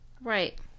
right